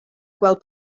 gweld